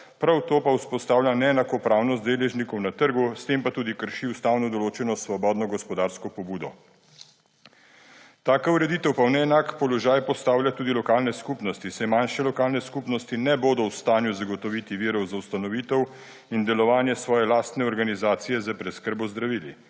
prav to pa vzpostavlja neenakopravnost deležnikov na trgu, s tem pa tudi kršil ustavno določeno svobodno gospodarsko pobudo. Taka ureditev pa v neenak položaj postavlja tudi lokalne skupnosti, saj manjše lokalne skupnosti ne bodo v stanju zagotovi virov za ustanovitev in delovanje svoje lastne organizacije za preskrbo z zdravili.